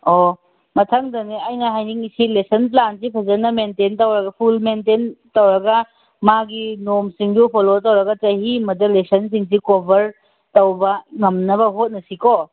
ꯑꯣ ꯃꯊꯪꯗꯅꯦ ꯑꯩꯅ ꯍꯥꯏꯅꯤꯡꯉꯤꯁꯤ ꯂꯦꯁꯟ ꯄ꯭ꯂꯥꯟꯁꯤ ꯐꯖꯅ ꯃꯦꯟꯇꯦꯟ ꯇꯧꯔꯒ ꯐꯨꯜ ꯃꯦꯟꯇꯦꯟ ꯇꯧꯔꯒ ꯃꯥꯒꯤ ꯅꯣꯔꯝꯁꯁꯤꯡꯗꯨ ꯐꯣꯜꯂꯣ ꯇꯧꯔꯒ ꯆꯍꯤ ꯑꯃꯗ ꯂꯦꯁꯟꯁꯤꯡꯁꯦ ꯀꯣꯚꯔ ꯇꯧꯕ ꯉꯝꯅꯕ ꯍꯣꯠꯅꯁꯤꯀꯣ